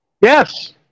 Yes